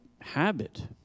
habit